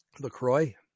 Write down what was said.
LaCroix